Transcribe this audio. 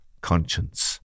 conscience